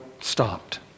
stopped